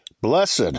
Blessed